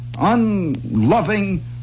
unloving